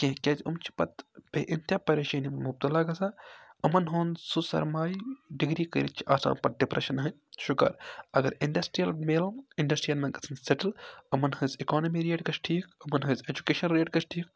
کیٚنٛہہ کیٛازِ یِم چھِ پَتہٕ بے اِنتِہا پریشٲنی مُبتلا گژھان یِمَن ہُنٛد سُہ سَرمایہِ ڈِگری کٔرِتھ چھِ آسان پَتہٕ ڈِپریٚشَن ہٕنٛدۍ شِکار اگر اِنڈَسٹِرٛیَل میلان اِنڈَسٹِرٛیَن منٛز گژھان سیٚٹٕل یِمَن ہٕنٛز اِکانمی ریٹ گژھِ ٹھیٖک یِمَن ہٕنٛز ایٚجوٗکیشَن ریٹ گَژھِ ٹھیٖک